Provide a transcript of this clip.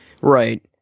Right